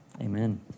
Amen